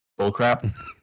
bullcrap